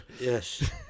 Yes